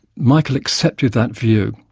michael accepted that view,